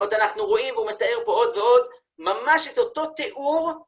עוד אנחנו רואים, והוא מתאר פה עוד ועוד, ממש את אותו תיאור.